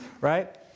right